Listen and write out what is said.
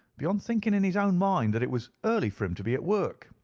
beyond thinking in his own mind that it was early for him to be at work.